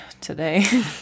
today